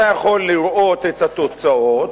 אתה יכול לראות את התוצאות,